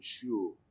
sure